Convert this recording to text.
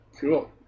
Cool